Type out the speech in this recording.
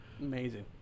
Amazing